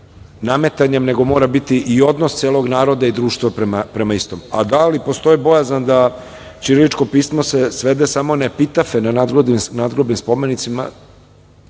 nametanjem, nego mora biti i odnos celog naroda i društva prema istom. Da li postoji bojazan da ćiriličko pismo se svede samo na epitafe na nadgrobnim spomenicima,